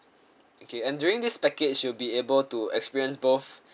okay and during this package you'll be able to experience both